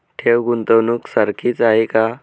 ठेव, गुंतवणूक सारखीच आहे का?